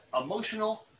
emotional